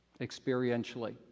experientially